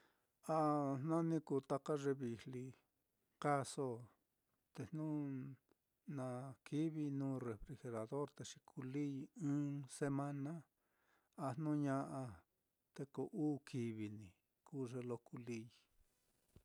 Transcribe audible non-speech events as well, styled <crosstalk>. Ah jna ni kuu taka ye vijli kaaso te jnu na kivi nuu refrigerador, te xi kulii ɨ́ɨ́n semana, a jnu ña'a te ko uu kivi ní kuu ye lo kulii. <noise>